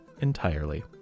entirely